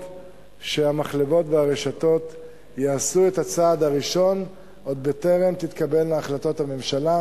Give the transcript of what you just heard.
שהמחלבות והרשתות יעשו את הצעד הראשון עוד בטרם תתקבלנה החלטות הממשלה,